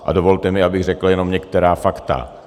A dovolte mi, abych řekl jenom některá fakta.